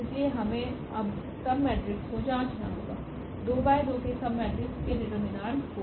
इसलिए हमें अब सबमेट्रिक्स को जांचना होगा2 × 2के सबमेट्रिक्स के डिटरमिनेंट को